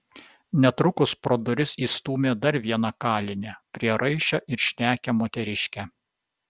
netrukus pro duris įstūmė dar vieną kalinę prieraišią ir šnekią moteriškę